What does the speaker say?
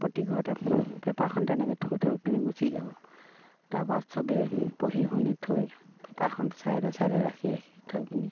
প্ৰতি ঘৰতে পেপাৰখন তেনেকৈ থৈ থৈ পিনি গুচি যাব তাৰপাছত চবেই পঢ়ি শুনি থৈ পেপাৰখন চাইডে চাইডে ৰাখি ৰাখি থৈ পিনি